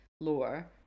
lower